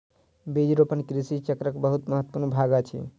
बीज रोपण कृषि चक्रक बहुत महत्वपूर्ण भाग अछि